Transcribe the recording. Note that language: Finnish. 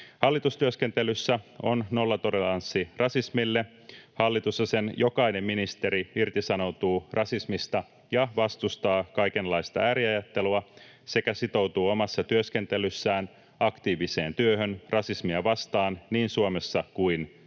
”Hallitustyöskentelyssä on nollatoleranssi rasismille. Hallitus ja sen jokainen ministeri irtisanoutuvat rasismista ja vastustavat kaikenlaista ääriajattelua sekä sitoutuvat omassa työskentelyssään aktiiviseen työhön rasismia vastaan niin Suomessa kuin